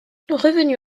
revenue